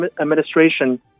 administration